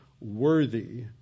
worthy